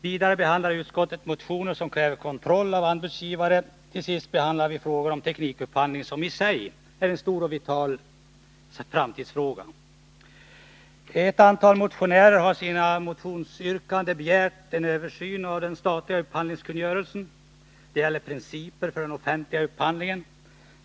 Vidare behandlar utskottet motioner som kräver kontroll av anbudsgivare. Till sist behandlar vi frågan om teknikupphandling, som i sig är en stor och vital framtidsfråga. Ett antal motionärer har i sina motionsyrkanden begärt en översyn av den statliga upphandlingskungörelsen. Det gäller principer för den offentliga upphandlingen.